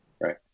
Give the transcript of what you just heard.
Right